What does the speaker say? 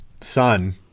son